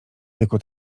jako